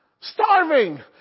starving